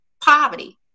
poverty